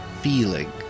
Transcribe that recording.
Feeling